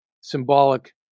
symbolic